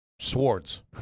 Swords